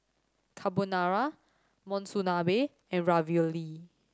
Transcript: Carbonara Monsunabe and Ravioli